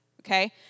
okay